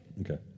Okay